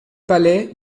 palais